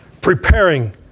preparing